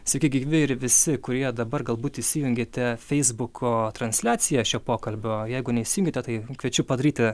sveiki gyvi ir visi kurie dabar galbūt įsijungėte feisbuko transliaciją šio pokalbio jeigu neįsijungėte tai kviečiu padaryti